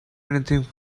anything